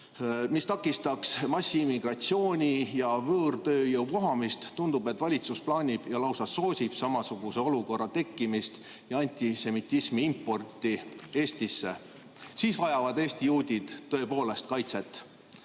mis takistaks massiimmigratsiooni ja võõrtööjõu vohamist, tundub, et valitsus plaanib ja lausa soosib samasuguse olukorra tekkimist ja antisemitismi importi Eestisse. Siis vajavad Eesti juudid tõepoolest kaitset.